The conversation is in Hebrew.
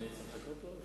אדוני היושב-ראש,